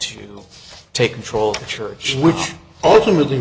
to take control of the church which ultimately